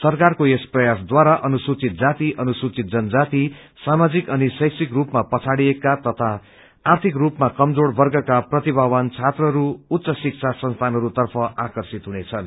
सरकारको यस प्रयास द्वारा अनुसूचित जाति अनुसूचित जनजाति सामाजिक अनि शैक्षिक रूपमा पछाड़ीएकाहरू तथा आर्थिक रूपमा कमजोर वर्गका प्रतिभावान छात्रहरू उच्च शिक्ष्य संस्थानहरू तर्फ आर्कषित हुनेछन्